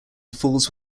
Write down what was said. falls